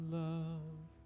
love